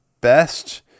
best